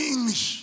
English